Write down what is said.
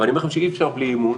ואני אומר לכם שאי-אפשר בלי אמון.